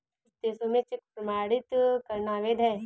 कुछ देशों में चेक प्रमाणित करना अवैध है